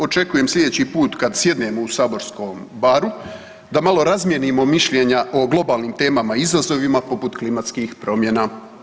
Očekujem sljedeći put kad sjednemo u saborskom baru da malo razmijenimo mišljenja o globalnim temama i izazovima poput klimatskih promjena.